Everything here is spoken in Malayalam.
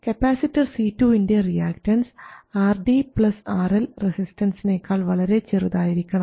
കപ്പാസിറ്റർ C2 ൻറെ റിയാക്ടൻസ് RD RL റെസിസ്റ്റൻസിനേക്കാൾ വളരെ ചെറുതായിരിക്കണം